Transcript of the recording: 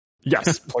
Yes